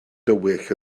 dywyll